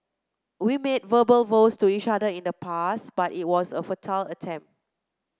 we made verbal vows to each other in the past but it was a futile attempt